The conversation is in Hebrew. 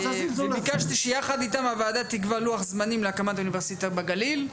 וביקשתי שיחד איתם הוועדה תקבע לוח זמנים להקמת אוניברסיטה בגליל,